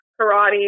karate